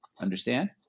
Understand